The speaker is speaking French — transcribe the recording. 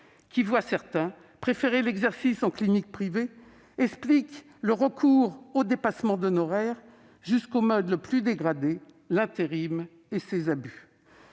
que certains préfèrent l'exercice en clinique privée -, explique le recours aux dépassements d'honoraires jusqu'au mode le plus dégradé, l'intérim, avec les abus